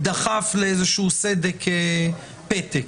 דחף לאיזה סדק פתק.